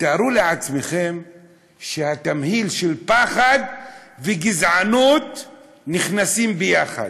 ותארו לעצמכם שהתמהיל של פחד וגזענות נכנסים ביחד,